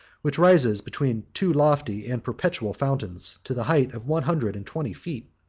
which rises between two lofty and perpetual fountains, to the height of one hundred and twenty feet.